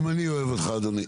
גם אני אוהב אותך, אדוני.